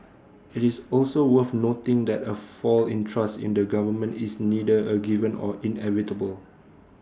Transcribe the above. IT is also worth noting that A fall in trust in the government is neither A given or inevitable